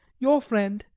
your friend,